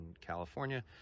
California